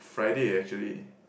Friday actually